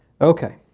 Okay